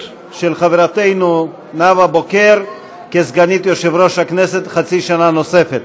של חברתנו נאוה בוקר כסגנית יושב-ראש הכנסת חצי שנה נוספת.